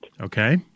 Okay